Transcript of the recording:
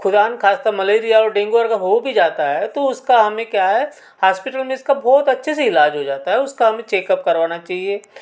खुदा ना खास्ता मलेरिया और डेंगू और अगर हो भी जाता है तो उसका हमें क्या है हॉस्पिटल में इसका बहुत अच्छे से इलाज हो जाता है उसका हमें चेक अप करवाना चहिए